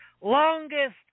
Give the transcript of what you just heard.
Longest